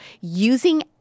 using